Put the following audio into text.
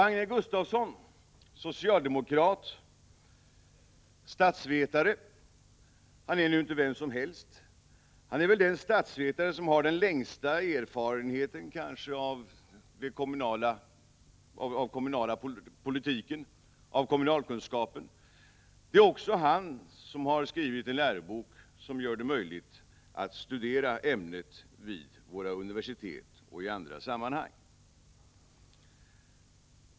Agne Gustafsson, socialdemokrat och statsvetare, är nu inte vem som helst. Han är väl den statsvetare som har den kanske längsta erfarenheten av kommunalpolitiken. Det är också han som har skrivit den lärobok som gör det möjligt att studera ämnet kommunalkunskap vid våra universitet och i andra sammanhang.